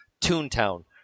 Toontown